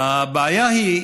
הבעיה היא,